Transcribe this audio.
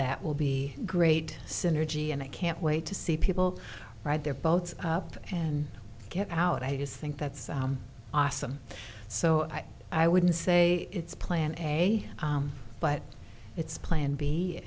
that will be great synergy and i can't wait to see people ride their boats up and get out i just think that's awesome so i wouldn't say it's plan a but it's plan b